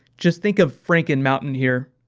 just think of franken-mountain here.